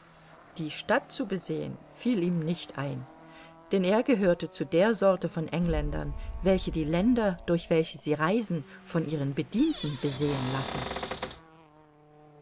die stadt zu besehen fiel ihm nicht ein denn er gehörte zu der sorte von engländern welche die länder durch welche sie reisen von ihren bedienten besehen lassen